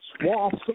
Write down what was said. swaths